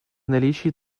наличии